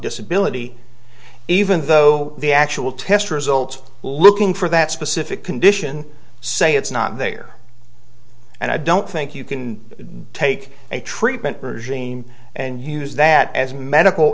disability even though the actual test results looking for that specific condition say it's not there and i don't think you can take a treatment regime and use that as medical